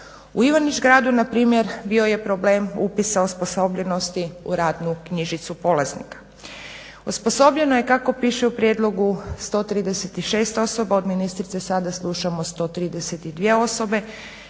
U Ivanić gradu npr. bio je problem upisa osposobljenosti u radnu knjižicu polaznika. Osposobljeno je kako piše u prijedlogu 136 osoba od ministrice sada slušamo sada 132 osobe